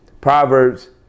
Proverbs